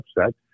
upset